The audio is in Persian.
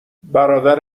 برادر